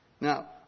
Now